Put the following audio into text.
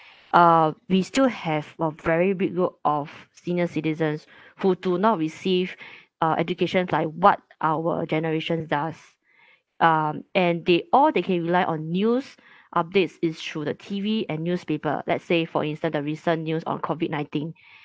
uh we still have a very big group of senior citizens who do not receive uh education like what our generation does um and they all they can rely on news updates is through the T_V and newspaper let's say for instance the recent news on COVID nineteen